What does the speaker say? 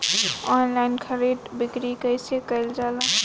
Online खरीद बिक्री कइसे कइल जाला?